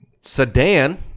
sedan